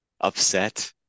upset